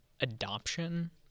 adoption